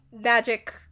magic